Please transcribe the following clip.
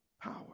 power